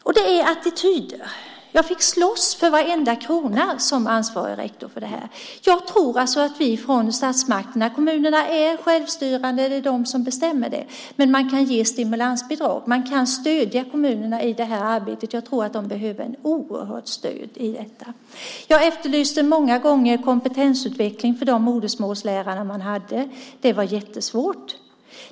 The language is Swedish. Och det handlar om attityder. Jag fick som ansvarig rektor slåss för varenda krona för detta. Kommunerna är självstyrande, och det är de som bestämmer detta. Men man kan från statsmakten ge stimulansbidrag. Man kan stödja kommunerna i detta arbete. Jag tror att de behöver ett oerhört stöd i fråga om detta. Jag efterlyste många gånger kompetensutveckling för de modersmålslärare som man hade. Det var jättesvårt.